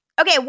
Okay